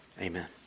Amen